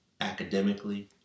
academically